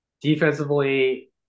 Defensively